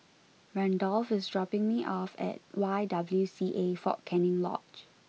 Randolph is dropping me off at Y W C A Fort Canning Lodge